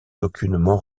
aucunement